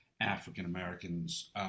African-Americans